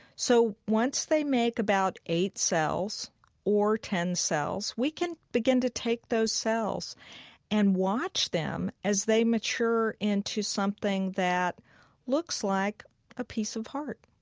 so once they make about eight cells or ten cells, we can begin to take those cells and watch them as they mature into something that looks like a piece of heart,